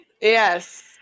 Yes